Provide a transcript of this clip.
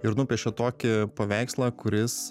ir nupiešia tokį paveikslą kuris